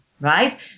right